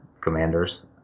commanders